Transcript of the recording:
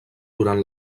durant